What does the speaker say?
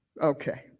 Okay